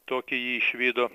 tokį jį išvydo